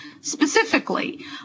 specifically